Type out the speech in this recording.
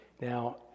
Now